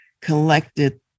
collected